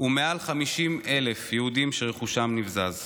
והיו מעל 50,000 יהודים שרכושם נבזז.